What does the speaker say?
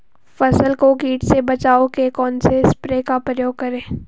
फसल को कीट से बचाव के कौनसे स्प्रे का प्रयोग करें?